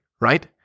right